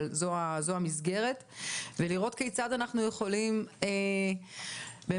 אבל זו המסגרת ולראות כיצד אנחנו יכולים באמת